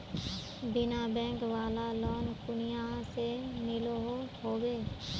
बिना बैंक वाला लोन कुनियाँ से मिलोहो होबे?